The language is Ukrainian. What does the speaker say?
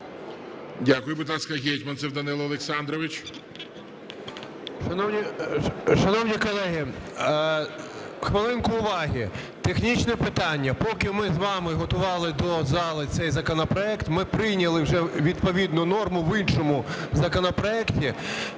Дякую. Будь ласка, Гетманцев Данило Олександрович. 13:11:15 ГЕТМАНЦЕВ Д.О. Шановні колеги, хвилинку уваги, технічне питання, поки ми з вами готували до зали цей законопроект, ми прийняли вже відповідну норму в іншому законопроекті.